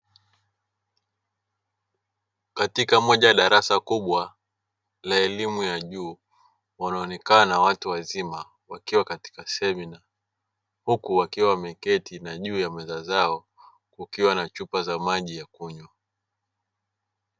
Katika moja ya darasa kubwa la elimu ya juu, wanaonekana watu wazima wakiwa katika semina. Huku wakiwa wameketi na juu ya meza zao kukiwa na chupa za maji ya kunywa.